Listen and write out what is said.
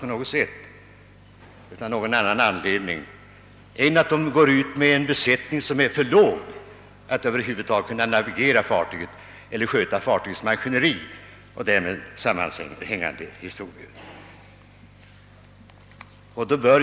Det sker inte av någon annan anledning än att det går ut med en besättning, som är för liten för att över huvud taget navigera fartyget eller sköta dess maskineri och därmed sammanhängande funktioner.